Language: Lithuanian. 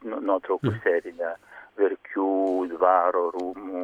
nuotraukų seriją verkių dvaro rūmų